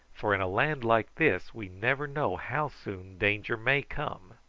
for in a land like this we never know how soon danger may come.